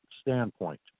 standpoint